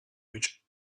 which